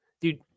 dude –